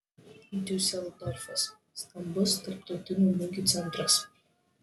diuseldorfas stambus tarptautinių mugių centras